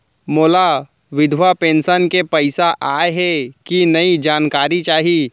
मोला विधवा पेंशन के पइसा आय हे कि नई जानकारी चाही?